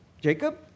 Jacob